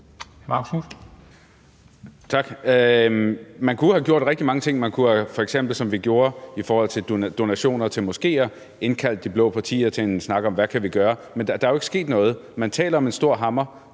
Man kunne have gjort rigtig mange ting. Man kunne f.eks., som vi gjorde i forhold til donationer til moskeer, indkalde de blå partier til en snak om, hvad vi kan gøre, men der er jo ikke sket noget. Man taler om en stor hammer,